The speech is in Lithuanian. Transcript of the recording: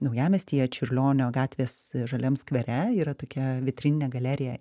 naujamiestyje čiurlionio gatvės žaliam skvere yra tokia vitrininė galerija